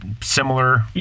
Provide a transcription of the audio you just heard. similar